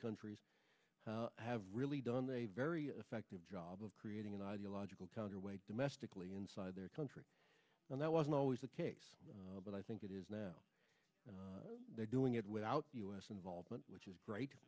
countries have really done a very effective job of creating an ideological counterweight domestically inside their country and that wasn't always the case but i think it is now that they're doing it without us involvement which is great